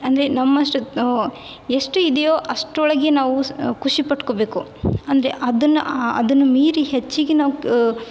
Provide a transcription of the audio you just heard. ಅಂದರೆ ನಮ್ಮಷ್ಟಕ್ಕೆ ನಾವು ಎಷ್ಟು ಇದೆಯೋ ಅಷ್ಟ್ರೊಳಗೆ ನಾವು ಖುಷಿ ಪಟ್ಕೊಬೇಕು ಅಂದರೆ ಅದನ್ನು ಅದನ್ನು ಮೀರಿ ಹೆಚ್ಚಿಗೆ ನಾವು ಕ